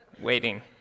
waiting